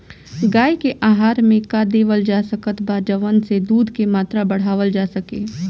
गाय के आहार मे का देवल जा सकत बा जवन से दूध के मात्रा बढ़ावल जा सके?